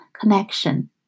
connection